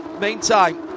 meantime